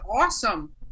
awesome